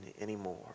anymore